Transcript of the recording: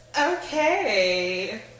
Okay